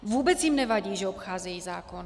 Vůbec jim nevadí, že obcházejí zákon.